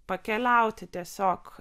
pakeliauti tiesiog